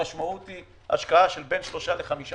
המשמעות היא השקעה של בין שלושה לחמישה